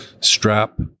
strap